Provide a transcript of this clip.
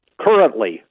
Currently